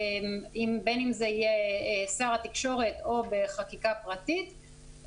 בין אם זה יהיה שר התקשורת או בחקיקה פרטית,